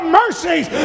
mercies